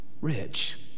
rich